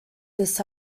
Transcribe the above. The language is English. this